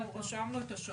גם אם יש לי הסתייגויות,